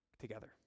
together